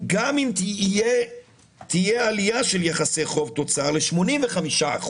גם אם תהיה עלייה של יחסי חוב-תוצר ל-85%